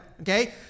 okay